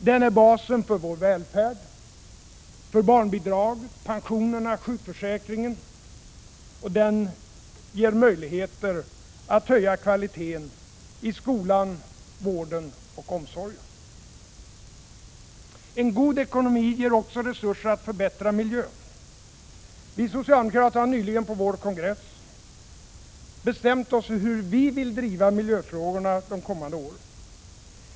Den är basen för vår välfärd, för barnbidraget, pensionerna och sjukförsäkringen. Den ger möjligheter att höja kvaliteten i skolan, vården och omsorgen. En god ekonomi ger oss resurser att förbättra miljön. Vi socialdemokrater har nyligen på vår kongress bestämt oss för hur vi vill driva miljöfrågorna de kommande åren.